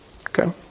Okay